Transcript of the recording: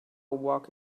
walk